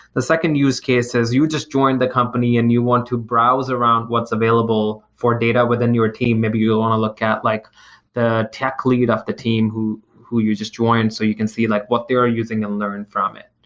the second use case is you just joined the company and you want to browse around what's available for data within your team. maybe you ah want to look at like the tech lead of the team who who you just joined so you can see like what they are using and learn from it.